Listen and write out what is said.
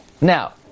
Now